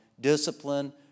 discipline